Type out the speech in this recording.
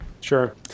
Sure